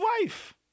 wife